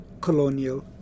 colonial